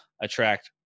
attract